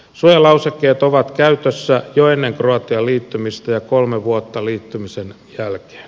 suojalausekkeet ovat käytössä jo ennen kroatian liittymistä ja kolme vuotta liittymisen jälkeen